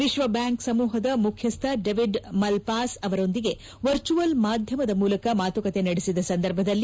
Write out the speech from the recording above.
ವಿಶ್ವ ಬ್ಯಾಂಕ್ ಸಮೂಹದ ಮುಖ್ಯಸ್ಥ ಡೇವಿಡ್ ಮಲ್ಪಾಸ್ ಅವರೊಂದಿಗೆ ವರ್ಚುಯಲ್ ಮಾಧ್ಯಮದ ಮೂಲಕ ಮಾತುಕತೆ ನಡೆಸಿದ ಸಂದರ್ಭದಲ್ಲಿ